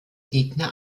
gegner